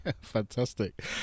Fantastic